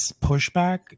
pushback